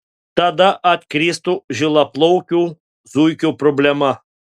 tada atkristų žilaplaukių zuikių problema